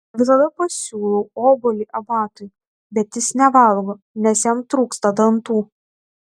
visada pasiūlau obuolį abatui bet jis nevalgo nes jam trūksta dantų